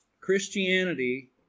Christianity